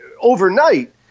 overnight